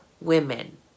women